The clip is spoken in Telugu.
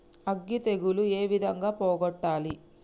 అగ్గి తెగులు ఏ విధంగా పోగొట్టాలి?